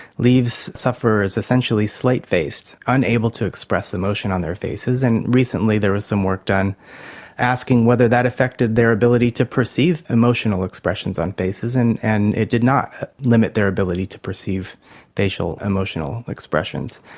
leaves sufferers essentially slate-faced, unable to express emotion on their faces. and recently there was some work done asking whether that affected their ability to perceive emotional expressions on faces, and and it did not limit their ability to perceive facial emotional expressions.